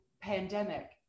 pandemic